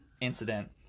incident